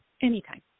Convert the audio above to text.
Anytime